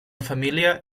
família